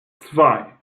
zwei